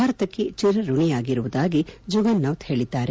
ಭಾರತಕ್ಕೆ ಚರಋಣಿಯಾಗಿರುವುದಾಗಿ ಜುಗ್ನೌಥ್ ಹೇಳಿದ್ದಾರೆ